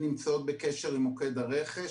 -- נמצאות בקשר עם מוקד הרכש,